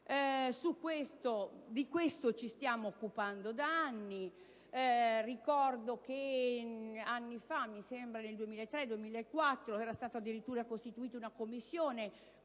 Di questo ci stiamo occupando da anni. Ricordo che anni fa, nel 2003 o nel 2004, era stata addirittura costituita una commissione,